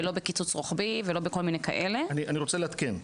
ולא בקיצוץ רוחבי ולא בכל מיני כאלה --- אני רוצה לעדכן.